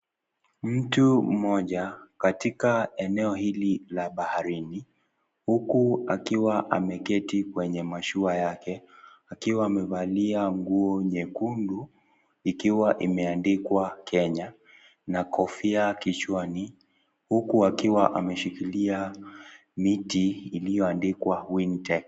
Mtu mmoja, katika eneo hili la baharini. Huku akiwa ameketi kwenye mashua yake, akiwa amevalia, nguo nyekundu, ikiwa imeandikwa Kenya na kofia kichwani, huku akiwa ameshikilia miti iliyoandikwa winte .